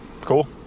Cool